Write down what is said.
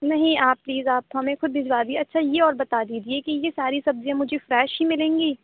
نہیں آپ پلیز آپ ہمیں خود بھجوا دیجیے اچھا یہ اور بتا دیجیے کہ یہ ساری سبزیاں مجھے فریش ہی ملیں گی